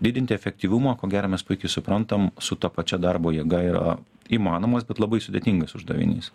didinti efektyvumą ko gero mes puikiai suprantam su ta pačia darbo jėga yra įmanomas bet labai sudėtingas uždavinys